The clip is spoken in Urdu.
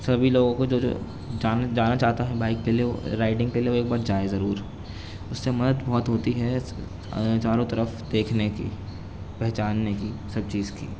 سبھی لوگوں کو جو جو جانا چاہتا ہے بائک کے لیے رائیڈنگ کے لیے وہ ایک بار جائے ضرور اس سے مدد بہت ہوتی ہے چاروں طرف دیکھنے کی پہچاننے کی سب چیز کی